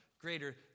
greater